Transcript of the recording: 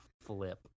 flip